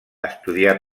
estudiar